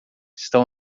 estão